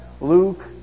Luke